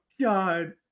God